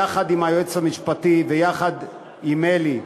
יחד עם היועץ המשפטי ויחד עם אלי,